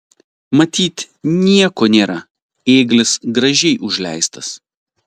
matyt nieko nėra ėglis gražiai užleistas